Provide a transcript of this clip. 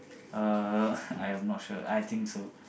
uh I'm not sure I think so